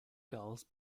gulls